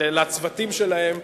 לצוותים שלהם,